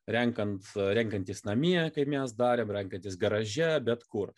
renkant renkantis namie kaip mes darėm rankantis garaže bet kur